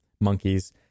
monkeys